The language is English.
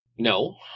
No